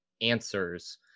answers